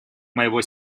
моего